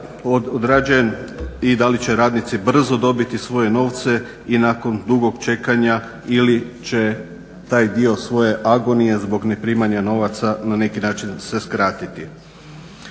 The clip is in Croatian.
i da li će radnici brzo dobi8ti svoje novce i nakon dugog čekanja ili će taj dio svoje agonije zbog ne primanja novaca na neki način se skratiti.